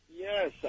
Yes